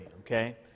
okay